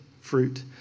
fruit